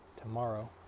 tomorrow